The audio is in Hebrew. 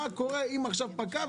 מה קורה אם עכשיו התוקף יפקע.